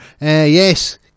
yes